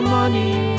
money